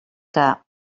que